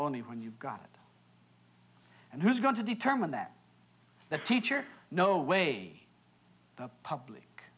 only when you've got it and who's going to determine that the teacher no way the public